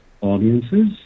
audiences